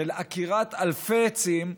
של עקירת אלפי עצים.